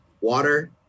water